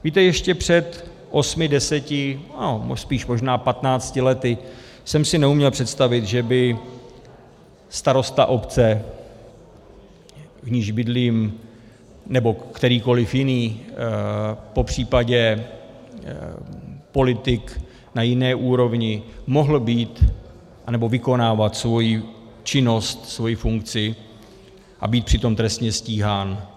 Víte, ještě před osmi, deseti, spíš možná patnácti lety jsem si neuměl představit, že by starosta obce, v níž bydlím, nebo kterýkoliv jiný, popřípadě politik na jiné úrovni mohl být... nebo vykonávat svoji činnost, svoji funkci a být přitom trestně stíhán.